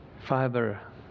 fiber